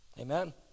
Amen